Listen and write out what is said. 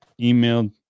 emailed